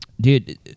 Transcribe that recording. Dude